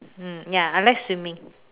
mm ya I like swimming